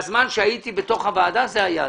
מהזמן שהייתי בתוך הוועדה זה הדיון.